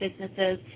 businesses